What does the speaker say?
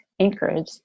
Anchorage